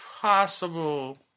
possible